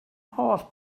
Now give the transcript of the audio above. holl